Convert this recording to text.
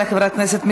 הוקמו הקרנות החדשות,